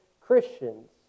Christians